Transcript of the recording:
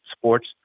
sports